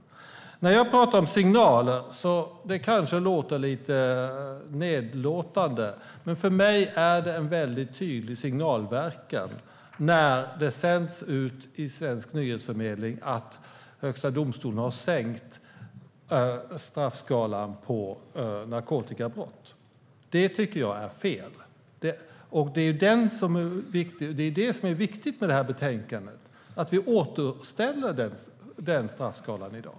När jag pratar om signaler kanske det låter lite nedlåtande. Men för mig är det en tydlig signalverkan när det sänds ut i svensk nyhetsförmedling att Högsta domstolen har sänkt straffskalan för narkotikabrott. Det tycker jag är fel. Det som är viktigt med betänkandet är att vi återställer straffskalan.